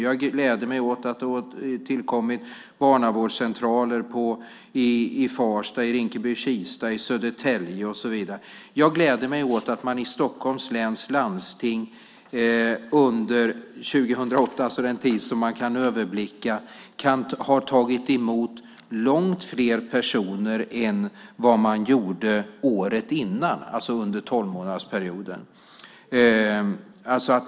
Jag gläder mig åt att det har tillkommit barnavårdscentraler i Farsta, i Kista-Rinkeby, i Södertälje och så vidare. Jag gläder mig åt att man i Stockholms läns landsting under 2008, alltså den tid som man kan överblicka, har tagit emot långt fler personer än vad man gjorde året innan, det vill säga under den tolvmånadersperioden.